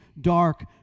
dark